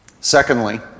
Secondly